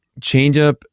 Changeup